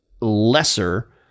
lesser